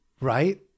right